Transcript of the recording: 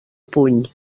puny